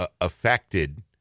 affected